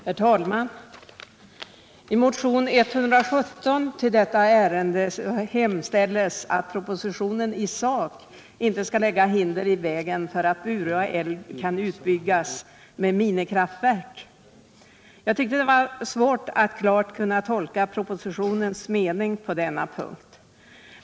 Herr talman! I motionen 117 till detta ärende hemställes att propositionen i sak inte skall lägga hinder i vägen för att Bure älven kan utbyggas med ett minikraftverk. Jag tycker det har varit svårt att klart tolka propositionens mening på denna punkt.